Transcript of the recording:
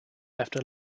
after